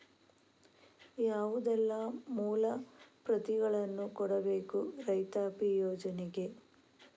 ಯಾವುದೆಲ್ಲ ಮೂಲ ಪ್ರತಿಗಳನ್ನು ಕೊಡಬೇಕು ರೈತಾಪಿ ಯೋಜನೆಗೆ?